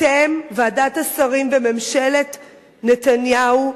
אתם, ועדת השרים בממשלת נתניהו,